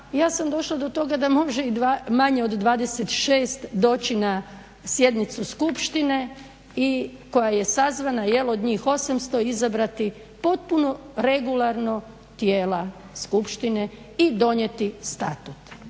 ja sam došla do toga da može i manje od 26 doći sjednicu skupštine i koja je sazvana od njih 800 izabrati potpuno regularno tijela skupštine i donijeti Statut.